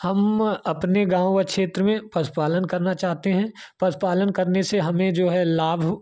हम अपने गाँव व क्षेत्र में पशुपालन करना चाहते हैं पशुपालन करने से हमें जो है लाभ